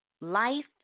life